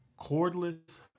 cordless